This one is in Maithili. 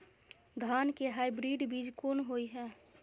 धान के हाइब्रिड बीज कोन होय है?